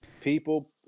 people